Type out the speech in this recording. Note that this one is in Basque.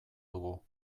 dugu